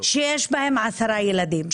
שיש בהם עשרה ילדים,